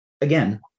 Again